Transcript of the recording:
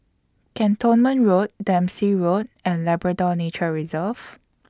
Cantonment Road Dempsey Road and Labrador Nature Reserve